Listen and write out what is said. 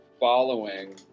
following